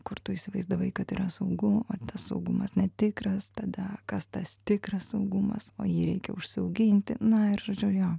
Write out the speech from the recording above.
kur tu įsivaizdavai kad yra saugu o tas saugumas netikras tada kas tas tikras saugumas o jį reikia užsiauginti na ir žodžiu jo